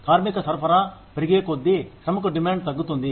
కార్మిక సరఫరా పెరిగేకొద్దీ శ్రమకు డిమాండ్ తగ్గుతుంది